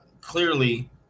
clearly